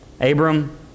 Abram